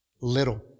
Little